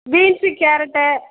beans carrot